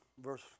verse